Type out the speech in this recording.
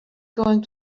going